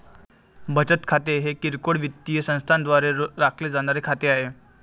बचत खाते हे किरकोळ वित्तीय संस्थांद्वारे राखले जाणारे खाते आहे